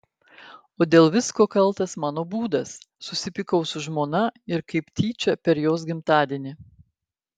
o dėl visko kaltas mano būdas susipykau su žmona ir kaip tyčia per jos gimtadienį